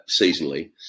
seasonally